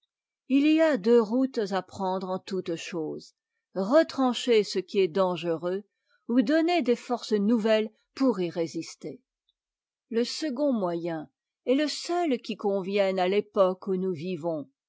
h y a deux routes à prendre en toutes choses retrancher ce qui est dangereux ou donner des forcés nbuvettes pour y résister le second moyen est te seul qui convienne à l'époque où nous vivons